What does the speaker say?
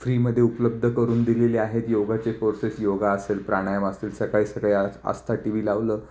फ्रीमध्ये उपलब्ध करून दिलेले आहेत योगाचे कोर्सेस योगा असेल प्राणायाम असेल सकाळी सकाळी आ आस्था टी वी लावलं